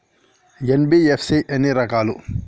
NBFC ఎన్ని రకాలు?